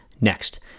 next